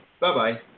Bye-bye